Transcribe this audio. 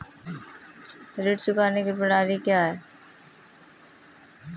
ऋण चुकाने की प्रणाली क्या है?